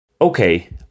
Okay